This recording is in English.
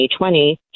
2020